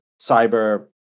cyber